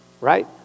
Right